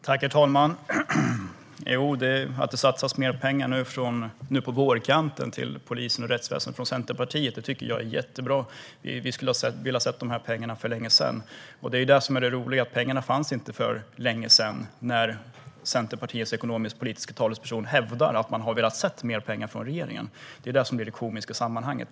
Herr talman! Att det satsas mer pengar nu på vårkanten till polisen och rättsväsendet från Centerpartiet tycker jag är jättebra. Vi hade velat se dessa pengar för länge sedan. Pengarna fanns inte för länge sedan då Centerpartiets ekonomisk-politiske talesperson hävdar att man hade velat se mer pengar från regeringen. Det är det som är det komiska i sammanhanget.